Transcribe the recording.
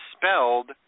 spelled